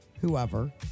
whoever